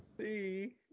See